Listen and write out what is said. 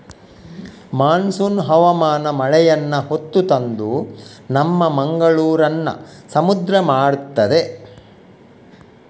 monsoon ಹವಾಮಾನ ಮಳೆಯನ್ನ ಹೊತ್ತು ತಂದು ನಮ್ಮ ಮಂಗಳೂರನ್ನ ಸಮುದ್ರ ಮಾಡ್ತದೆ